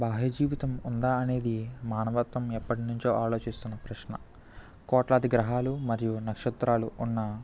బాహ్యజీవితం ఉందా అనేది మానవత్వం ఎప్పటి నించో ఆలోచిస్తున్న ప్రశ్న కోట్లాది గ్రహాలు మరియు నక్షత్రాలు ఉన్న